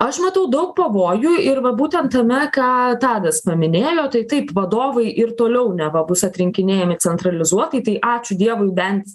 aš matau daug pavojų ir va būtent tame ką tadas paminėjo tai taip vadovai ir toliau neva bus atrinkinėjami centralizuotai tai ačiū dievui bent